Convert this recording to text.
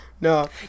No